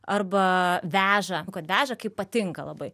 arba veža kad veža kaip patinka labai